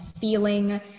feeling